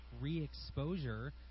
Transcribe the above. re-exposure